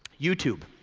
youtube.